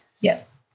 Yes